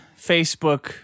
Facebook